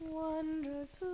wondrous